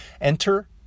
Enter